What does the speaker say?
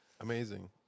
Amazing